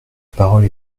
parole